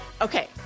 okay